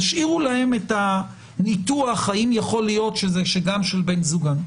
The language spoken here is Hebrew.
תשאירו להן את הניתוח האם יכול להיות שזה גם של בן זוגן.